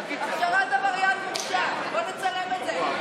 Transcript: אלמוג, הכשרת עבריין מורשע, בוא תצלם את זה.